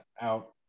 out